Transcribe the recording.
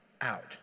out